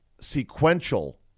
sequential